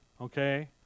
Okay